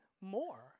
more